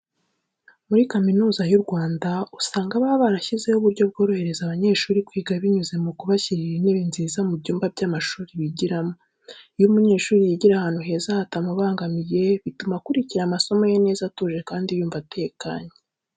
Muri Kaminuza y'u Rwanda usanga baba barashyizeho uburyo bworohereza abanyeshuri kwiga binyuze mu kubashyirira intebe nziza mu byumba by'amashuri bigiramo. Iyo umunyeshuri yigira ahantu heza hatamubangamiye bituma akurikira amasomo ye neza atuje kandi yumva atekanye.